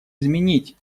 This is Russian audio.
изменить